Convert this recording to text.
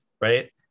right